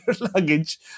luggage